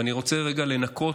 ואני רוצה רגע לנקות,